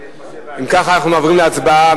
אם כך, אנחנו מעבירים להצבעה.